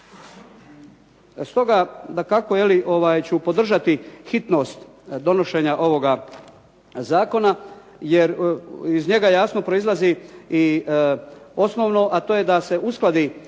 Stoga dakako podržat ću hitnost donošenja ovoga zakona, jer iz njega jasno proizlazi i osnovno, a to je da se uskladi